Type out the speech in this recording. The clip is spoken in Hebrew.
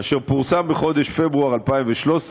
אשר פורסם בחודש פברואר 2013,